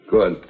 Good